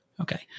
Okay